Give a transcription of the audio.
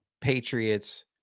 Patriots